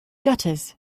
gutters